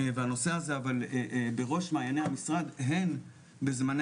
והנושא הזה בראש מעייני המשרד הן בזמני